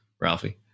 Ralphie